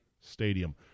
Stadium